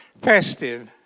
festive